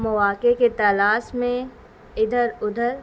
مواقع کے تلاش میں ادھر ادھر